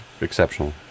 exceptional